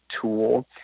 tool